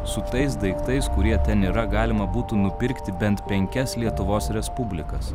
su tais daiktais kurie ten yra galima būtų nupirkti bent penkias lietuvos respublikas